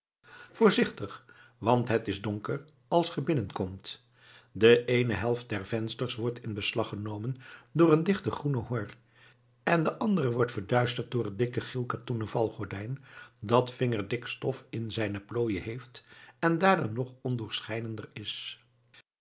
voorzichtig want het is donker als ge binnenkomt de eene helft der vensters wordt in beslag genomen door een dichte groene hor en de andere wordt verduisterd door het dikke geelkatoenen valgordijn dat vingerdik stof in zijn plooien heeft en daardoor nog ondoorschijnender is